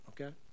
okay